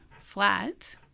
flat